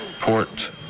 Port